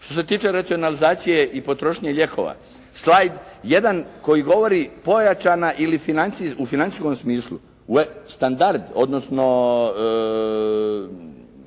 Što se tiče racionalizacije i potrošnje lijekova, slajd 1 koji govori pojačana ili u financijskom smislu, standard, odnosno